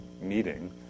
meeting